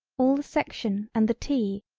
all the section and the tea,